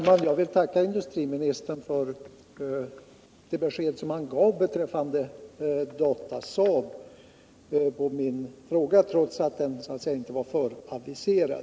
Herr talman! Jag tackar industriministern för det besked han gav beträffande Datasaab och det svar jag således fick på min fråga, trots att den inte var aviserad.